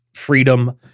freedom